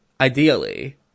Ideally